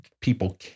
people